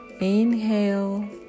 inhale